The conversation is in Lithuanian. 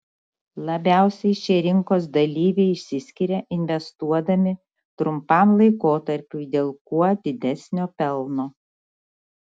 labiausiai šie rinkos dalyviai išsiskiria investuodami trumpam laikotarpiui dėl kuo didesnio pelno